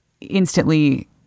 instantly